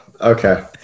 Okay